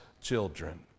Children